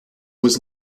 was